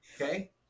okay